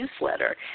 newsletter